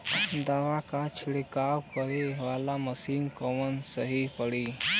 दवा के छिड़काव करे वाला मशीन कवन सही पड़ी?